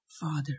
father